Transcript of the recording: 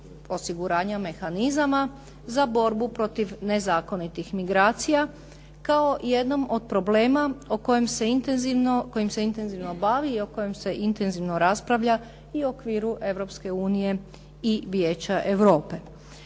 osiguranja mehanizama za borbu protiv nezakonitih migracija kao jednom od problema o kojem se intenzivno bavi i o kojem se intenzivno raspravlja i u okviru Europske unije i Vijeća Europe.